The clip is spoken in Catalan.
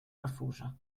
refusa